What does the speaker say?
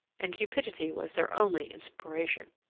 and cupidity was their only inspiration.